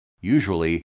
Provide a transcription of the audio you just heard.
Usually